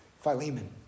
Philemon